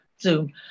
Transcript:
Zoom